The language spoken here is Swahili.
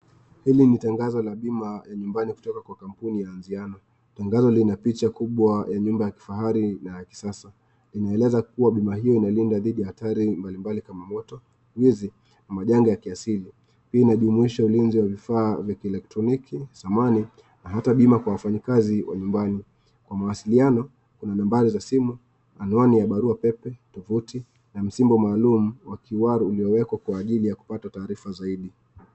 Hili tangazo la bima la nyumbani kutoka kampuni ya Aziano. Tangazo lina picha kubwa ya nyumba ya kifahari na ya kisasa. Iinaeeleza kuwa bima hiyo inalinda dhidi ya hatari mbali mbali kama moto, wizi na majanga ya kiasili. Hii inajumuisha ulinzi wa vifaa vya kielektroniki, samani na hata bima kwa wafanyikazi nyumbani. Kwa mawasiliano, nambari za simu, anwani ya barua pepe, tovuti, na msimbo maalum wa kiwaru uliowekwa kwa ajili ya kupata taarifa zaidi.